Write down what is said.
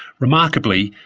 remarkably,